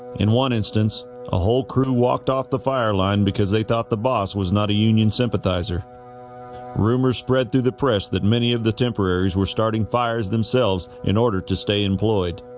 in one instance a whole crew walked off the fire line because they thought the boss was not a union sympathizer rumors spread through the press that many of the temporaries were starting fires themselves in order to stay employed